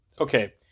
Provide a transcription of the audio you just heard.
Okay